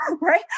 Right